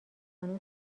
خانم